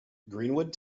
greenwood